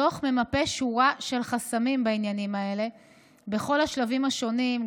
הדוח ממפה שורה של חסמים בעניינים האלה בכל השלבים השונים,